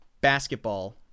basketball